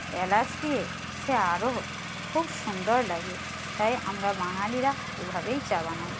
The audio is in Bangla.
এলাচ দিয়ে সে আরও খুব সুন্দর লাগে তাই আমরা বাঙালিরা এভাবেই চা বানাই